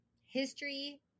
History